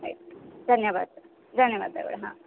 ಆಯಿತು ಧನ್ಯವಾದ ಧನ್ಯವಾದಗಳು ಹಾಂ